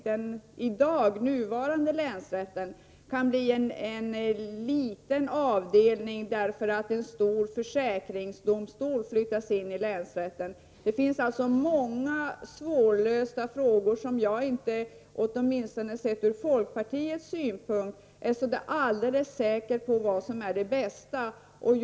Den nuvarande länsrätten kan bli en liten avdelning, därför att en stor försäkringsdomstol flyttas in i länsrätten. Det finns alltså många svåra frågor där jag åtminstone från folkpartiets synpunkt inte är alldeles säker på vad som är det bästa.